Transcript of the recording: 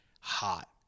hot